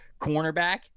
cornerback